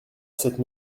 cette